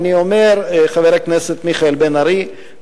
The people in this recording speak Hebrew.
חבר הכנסת מיכאל בן-ארי,